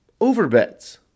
overbets